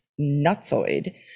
nutsoid